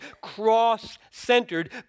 cross-centered